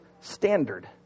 standard